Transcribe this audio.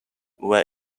where